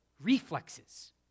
reflexes